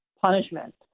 punishment